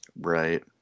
Right